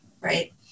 right